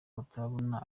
batarabona